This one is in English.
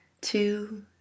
two